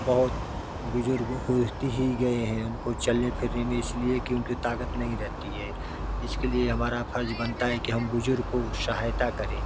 बहुत बुज़ुर्ग होते ही गए हैं उनको चलने फ़िरने में इसलिए कि उनकी ताकत नहीं रहती है इसके लिए हमारा फ़र्ज़ बनता है कि हम बुज़ुर्ग को सहायता करें